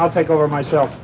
i'll take over myself